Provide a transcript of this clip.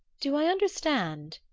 do i understand,